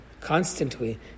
constantly